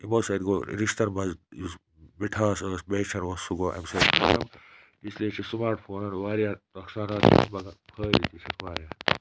یِمو سۭتۍ گوٚو رِشتَن منٛز یُس مِٹھاس ٲس میچھَر اوس سُہ گوٚو اَمہِ سۭتۍ ختم اسلیے چھِ سٕماٹ فونَن واریاہ نۄقصانات تہِ مگر فٲیدٕ تہِ چھِکھ واریاہ